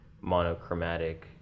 monochromatic